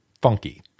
funky